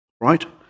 right